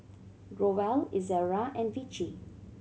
Growell Ezerra and Vichy